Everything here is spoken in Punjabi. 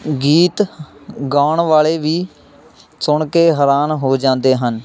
ਗੀਤ ਗਾਉਣ ਵਾਲੇ ਵੀ ਸੁਣ ਕੇ ਹੈਰਾਨ ਹੋ ਜਾਂਦੇ ਹਨ